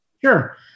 Sure